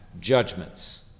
judgments